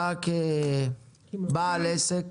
אתה כבעל עסק